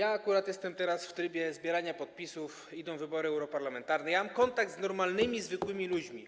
Akurat jestem teraz w trakcie zbierania podpisów, idą wybory europarlamentarne, i mam kontakt z normalnymi, zwykłymi ludźmi.